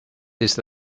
this